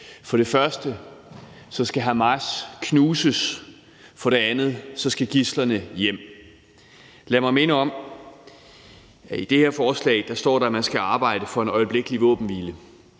For det første skal Hamas knuses, og for det andet skal gidslerne hjem. Lad mig minde om, at i det her forslag står der, at man skal arbejde for en øjeblikkelig våbenhvile.